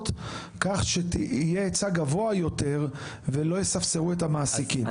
כך שיהיה היצע גבוה יותר ושלא יספסרו את המעסיקים,